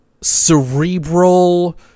cerebral